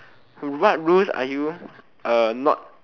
what rules are you not